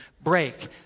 Break